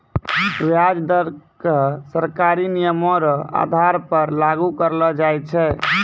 व्याज दर क सरकारी नियमो र आधार पर लागू करलो जाय छै